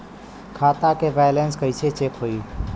खता के बैलेंस कइसे चेक होई?